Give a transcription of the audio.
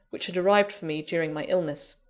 which had arrived for me during my illness.